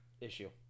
issue